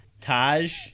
Taj